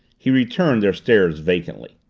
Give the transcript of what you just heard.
he returned their stares vacantly.